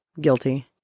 guilty